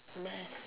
math